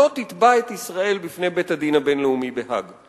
לא תתבע את ישראל בפני בית-הדין הבין-לאומי בהאג,